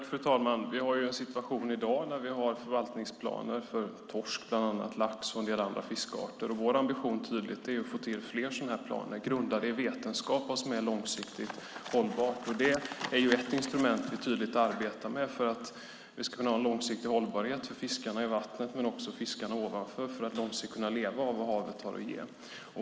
Fru talman! Vi har en situation i dag där vi har förvaltningsplaner för bland annat torsk, lax och en del andra fiskarter. Vår ambition är att få fler sådana planer grundade i vetenskap om vad som är långsiktigt hållbart. Det är ett instrument vi arbetar med för att vi ska kunna ha en långsiktig hållbarhet för fiskarna i vattnet men också för att fiskarna ovanför ska kunna leva av vad havet har att ge.